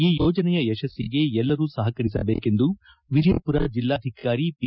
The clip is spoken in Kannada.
ಈ ಯೋಜನೆಯ ಯಶಸ್ಸಿಗೆ ಎಲ್ಲರೂ ಸಪಕರಿಸಬೇಕೆಂದು ವಿಜಯಪುರ ಜಿಲ್ಲಾಧಿಕಾರಿ ಪಿ